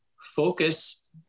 focus